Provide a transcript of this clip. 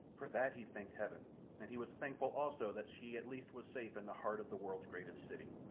for that he thanked heaven and he was thankful also that she at least was safe in the heart of the world's greatest city.